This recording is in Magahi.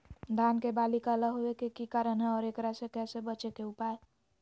धान के बाली काला होवे के की कारण है और एकरा से बचे के उपाय?